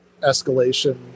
escalation